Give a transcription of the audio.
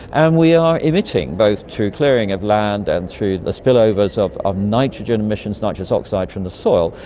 and we are emitting, both through clearing of land and through the spill-overs of of nitrogen emissions, nitrous oxide from the soil,